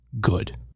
good